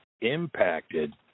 impacted